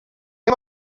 amb